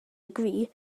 agree